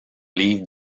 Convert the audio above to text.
livre